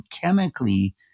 chemically